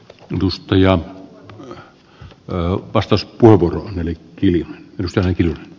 e dusty ja kaupasta spurguro valinnut eml potilasta